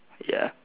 ya